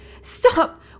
Stop